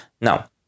Now